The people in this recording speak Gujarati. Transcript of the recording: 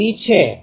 1dB છે